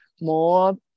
more